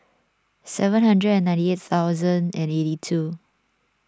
seven hundred and ninety thousand eight eighty two